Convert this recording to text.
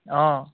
অঁ